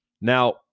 Now